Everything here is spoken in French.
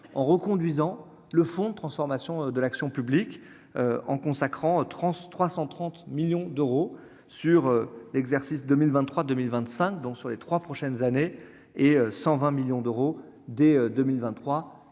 en reconduisant le fond de transformation de l'action publique en consacrant transe 330 millions d'euros sur l'exercice 2023 2025 dont sur les 3 prochaines années et 120 millions d'euros dès 2023